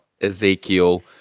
Ezekiel